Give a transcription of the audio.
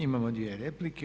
Imamo dvije replike.